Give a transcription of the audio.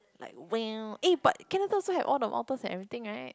like well eh but Canada also have all the mountains and everything right